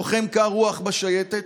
לוחם קר רוח בשייטת,